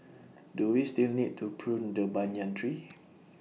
do we still need to prune the banyan tree